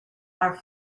are